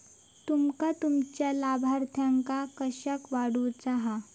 तुमका तुमच्या लाभार्थ्यांका कशाक काढुचा हा?